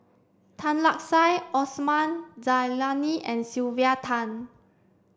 Tan Lark Sye Osman Zailani and Sylvia Tan